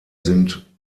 sind